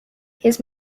his